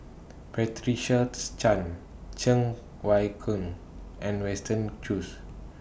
Patricia's Chan Cheng Wai Keung and Winston Choos